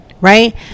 Right